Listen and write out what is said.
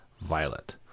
Violet